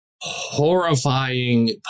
horrifying